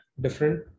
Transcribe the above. different